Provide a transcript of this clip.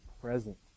present